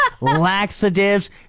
laxatives